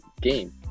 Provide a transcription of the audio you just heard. game